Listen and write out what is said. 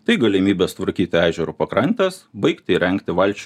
tai galimybės tvarkyti ežero pakrantes baigti įrengti valčių